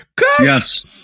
yes